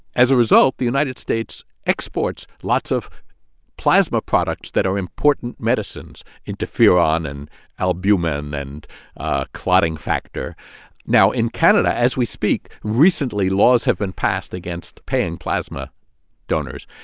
as a result, the united states exports lots of plasma products that are important medicines interferon and albumin and clotting factor now, in canada, as we speak, recently laws have been passed against paying plasma donors,